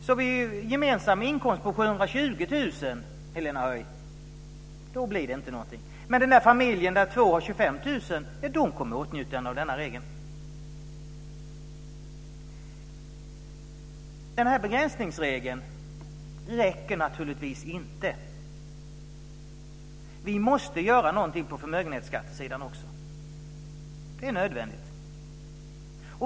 Vid en gemensam inkomst på 720 000 blir det inget, Helena Höij. Men den där familjen där två har 25 000, de kommer i åtnjutande av denna regel. Den här begränsningsregeln räcker naturligtvis inte. Vi måste göra något på förmögenhetsskattesidan också. Det är nödvändigt.